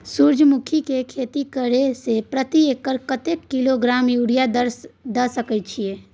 सूर्यमुखी के खेती करे से प्रति एकर कतेक किलोग्राम यूरिया द सके छी?